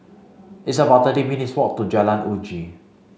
it's about thirty minutes' walk to Jalan Uji